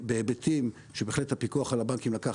בהיבטים שבהחלט הפיקוח על הבנקים לקח